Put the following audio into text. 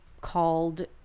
called